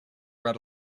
read